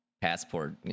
passport